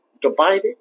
divided